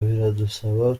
biradusaba